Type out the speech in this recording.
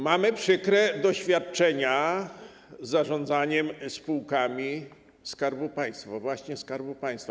Mamy przykre doświadczenia z zarządzaniem spółkami Skarbu Państwa - właśnie Skarbu Państwa.